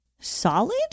solid